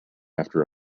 after